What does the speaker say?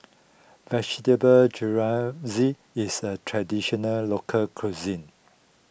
Vegetable Jalfrezi is a Traditional Local Cuisine